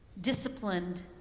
disciplined